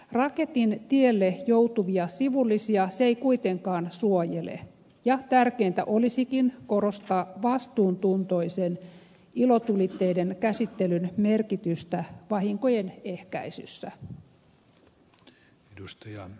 raketin tielle joutuvia sivullisia se ei kuitenkaan suojele ja tärkeintä olisikin korostaa vastuuntuntoisen ilotulitteiden käsittelyn merkitystä vahinkojen ehkäisyssä